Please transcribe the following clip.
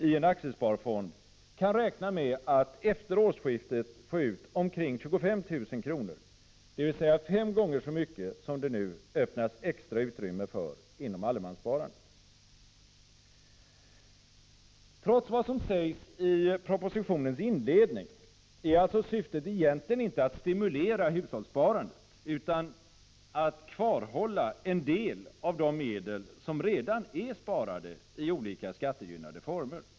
i en aktiesparfond kan räkna med att efter årsskiftet få ut omkring 25 000 kr., dvs. fem gånger så mycket som det nu öppnas extra utrymme för inom allemanssparandet. Trots vad som sägs i propositionens inledning är alltså syftet egentligen inte att stimulera hushållssparandet utan att kvarhålla en del av de medel som redan är sparade i olika skattegynnade former.